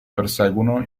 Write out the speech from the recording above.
perseguono